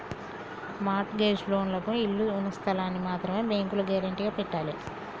mart gauge లోన్లకు ఇళ్ళు ఉన్న స్థలాల్ని మాత్రమే బ్యేంకులో గ్యేరంటీగా పెట్టాలే